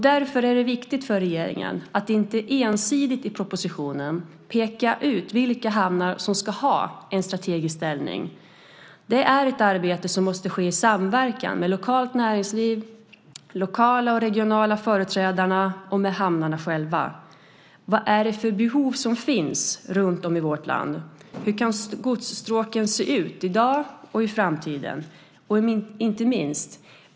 Därför är det viktigt för regeringen att inte ensidigt i propositionen peka ut vilka hamnar som ska ha en strategisk ställning. Det är ett arbete som måste ske i samverkan med lokalt näringsliv, lokala och regionala företrädare och med hamnarna själva. Vilka behov finns i vårt land? Hur kan godsstråken se ut i dag och i framtiden?